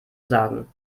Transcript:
sagen